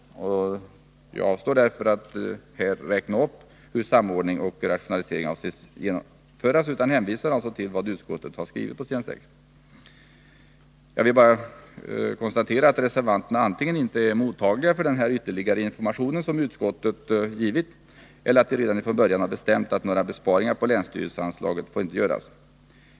Jag avstår därför från att räkna upp hur samordning och rationalisering avses bli genomförd och hänvisar till vad utskottet har skrivit. Det är bara att konstatera att reservanterna antingen inte är mottagliga för ytterligare information som utskottet givit eller att de redan från början bestämt att några besparingar på länsstyrelseanslaget inte får göras.